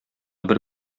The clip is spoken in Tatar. бер